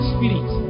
Spirit